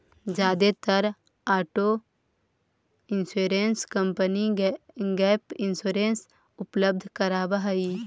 जादेतर auto insurance company gap insurance उपलब्ध करावऽ हई